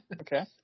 Okay